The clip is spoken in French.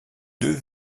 deux